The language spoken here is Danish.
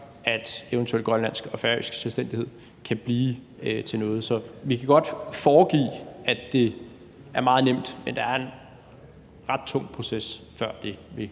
før grønlandsk og færøsk selvstændighed eventuelt kan blive til noget. Så vi kan godt foregive, at det er meget nemt, men der er en ret tung proces, før det vil